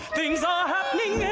things are happening